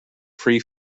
free